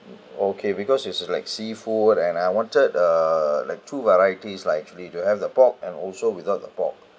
okay because it's like seafood and I wanted err like two varieties likely to have the pork and also without the pork